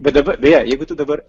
bet dabar beje jeigu tu dabar